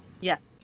Yes